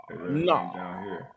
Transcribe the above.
No